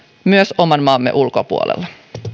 myös oman maamme ulkopuolella